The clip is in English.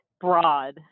broad